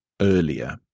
earlier